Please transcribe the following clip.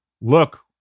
look